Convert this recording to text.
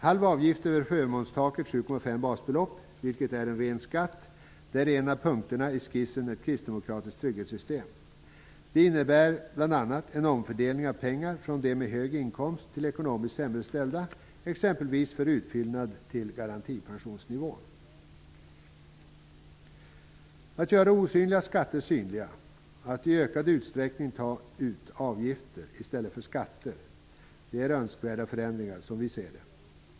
Halv avgift över förmånstaket 7,5 basbelopp, vilket är en ren skatt, är en av punkterna i skissen ''Ett kristdemokratiskt trygghetssystem''. Det innebär bl.a. en omfördelning av pengar från dem med hög inkomst till ekonomiskt sämre ställda, exempelvis för utfyllnad till garantipensionsnivån. Att göra osynliga skatter synliga och att i ökad utsräckning ta ut avgifter i stället för skatter är, som vi i kds ser det, önskvärda förändringar.